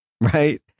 Right